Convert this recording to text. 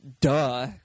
Duh